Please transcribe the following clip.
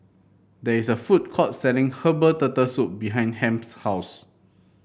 there is a food court selling Herbal Turtle Soup behind Hamp's house